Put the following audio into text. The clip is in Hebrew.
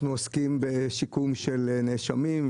אנחנו עוסקים בשיקום של נאשמים.